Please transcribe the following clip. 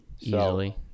Easily